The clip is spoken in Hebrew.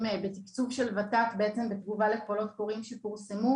בסבסוד של ות"ת בעצם כתגובה לקולות קוראים שפורסמו